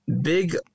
big